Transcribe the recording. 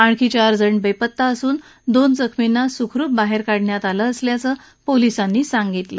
आणखी चारजण बेपत्ता असून दोन जखमींना सुखरुप बाहेर काढण्यात आलं असल्याचं पोलिसांनी सांगितलं